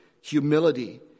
humility